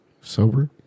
Sober